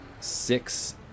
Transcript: six